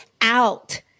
out